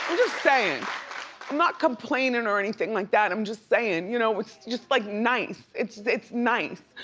just saying. i'm not complaining or anything like that, i'm just saying you know, it's just like nice, it's it's nice.